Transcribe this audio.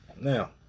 Now